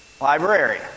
library